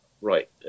Right